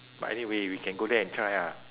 but anyway we can go there and try ah